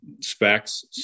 specs